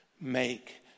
make